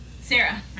Sarah